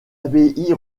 abbaye